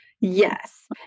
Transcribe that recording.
Yes